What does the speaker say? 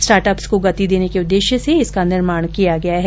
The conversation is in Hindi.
स्टार्टअप्स को ँगति देने के उददेश्य से इसका निर्माण किया गया है